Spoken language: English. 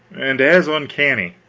and as uncanny.